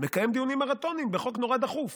ומקיים דיונים מרתוניים בחוק נורא דחוף.